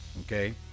okay